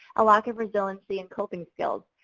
a lack of resiliency and coping skills.